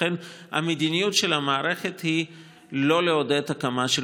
לכן המדיניות של המערכת היא לא לעודד הקמה של